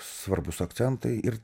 svarbūs akcentai ir